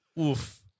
Oof